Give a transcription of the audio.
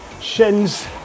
shins